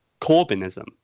Corbynism